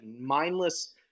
mindless